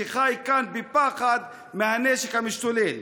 שחי כאן בפחד מהנשק המשתולל.